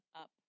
up